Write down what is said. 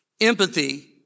empathy